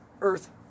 Earth